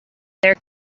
their